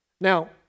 Now